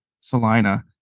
Salina